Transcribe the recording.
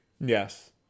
Yes